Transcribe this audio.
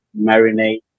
marinate